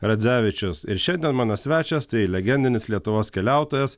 radzevičius ir šiandien mano svečias tai legendinis lietuvos keliautojas